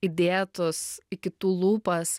įdėtus į kitų lūpas